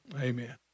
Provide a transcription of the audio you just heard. Amen